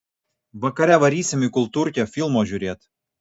vakare varysim į kultūrkę filmo žiūrėt